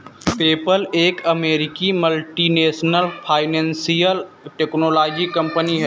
PayPal एक अमेरिकी multinational financial technology company है